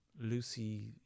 Lucy